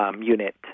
unit